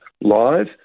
live